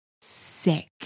sick